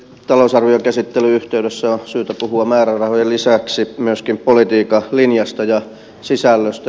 talousarvion käsittelyn yhteydessä on syytä puhua määrärahojen lisäksi myöskin politiikan linjasta ja sisällöstä